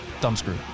Thumbscrew